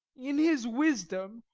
in his wisdom,